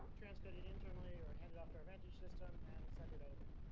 um transcode it internally or handed off to our ranch's system and send it over.